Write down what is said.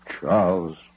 Charles